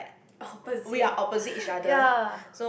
opposite ya